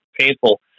painful